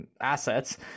assets